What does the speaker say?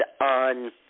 on